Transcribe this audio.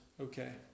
Okay